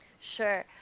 Sure